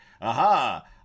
aha